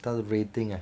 他的 rating ah